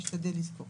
אשתדל לזכור.